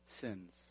sins